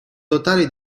totale